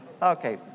Okay